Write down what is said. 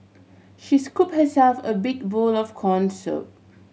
she scooped herself a big bowl of corn soup